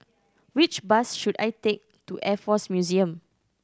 which bus should I take to Air Force Museum